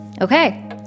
Okay